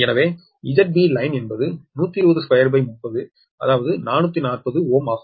எனவே ZB Line என்பது230 அதாவது 440 Ω ஆகும்